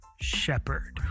shepherd